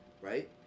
Right